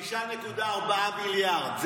5.4 מיליארד.